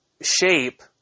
shape